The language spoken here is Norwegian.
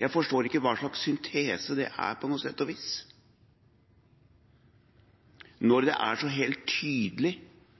Jeg forstår ikke hva slags syntese det er på noe sett og vis, når